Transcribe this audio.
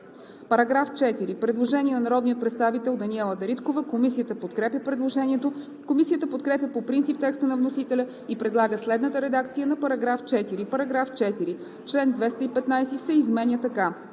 По § 4 има предложение на народния представител Даниела Дариткова. Комисията подкрепя предложението. Комисията подкрепя по принцип текста на вносителя и предлага следната редакция на § 4: „§ 4. Член 215 се изменя така: